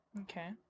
Okay